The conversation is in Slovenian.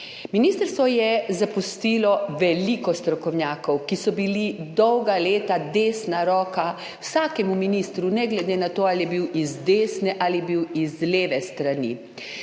Ministrstvo je zapustilo veliko strokovnjakov, ki so bili dolga leta desna roka vsakemu ministru, ne glede na to, ali je bil z desne ali je bil z leve strani,